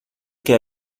que